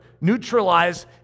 neutralize